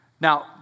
Now